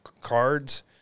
cards